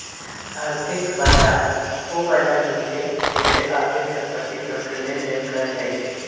आर्थिक बजार उ बजार होइ छइ जेत्ते आर्थिक संपत्ति सभके लेनदेन कएल जाइ छइ